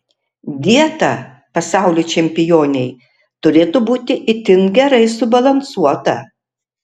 dieta pasaulio čempionei turėtų būti itin gerai subalansuota